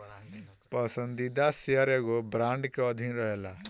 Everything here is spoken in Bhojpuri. पसंदीदा शेयर एगो बांड के अधीन रहेला